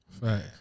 Right